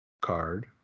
card